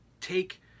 take